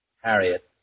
Harriet